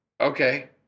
Okay